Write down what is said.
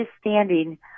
standing